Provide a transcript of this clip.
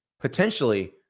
potentially